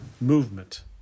movement